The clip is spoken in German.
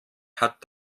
hat